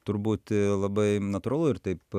turbūt labai natūralu ir taip